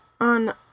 on